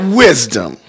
wisdom